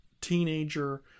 teenager